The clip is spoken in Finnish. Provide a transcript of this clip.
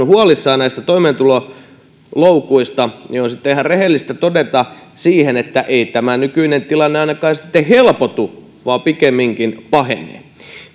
huolissaan näistä toimeentuloloukuista niin on sitten ihan rehellistä todeta siihen että ei tämä nykyinen tilanne ainakaan helpotu vaan pikemminkin pahenee